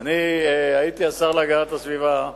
הייתי השר להגנת הסביבה,